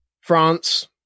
france